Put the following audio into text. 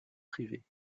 privées